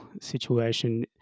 situation